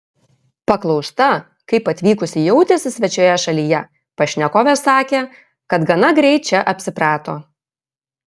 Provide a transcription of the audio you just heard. paklausta kaip atvykusi jautėsi svečioje šalyje pašnekovė sakė kad gana greit čia apsiprato